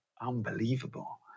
unbelievable